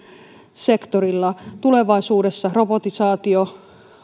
sektorilla tulevaisuudessa robotisaatio